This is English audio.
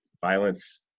violence